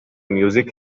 music